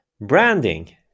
Branding